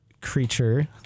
creature